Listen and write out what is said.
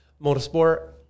motorsport